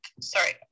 sorry